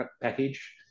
package